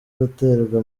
guterwa